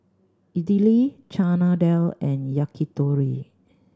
Idili Chana Dal and Yakitori